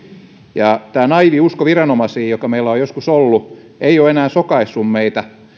ja tämä naiivi usko viranomaisiin joka meillä on on joskus ollut ei ole enää sokaissut meitä